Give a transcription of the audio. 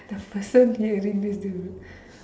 the person hearing this dude